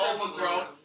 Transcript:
overgrown